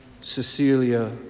Cecilia